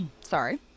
sorry